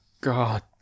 God